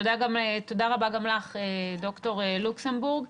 תודה רבה גם לך דוקטור אסנת לוקסנבורג.